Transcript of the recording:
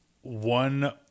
one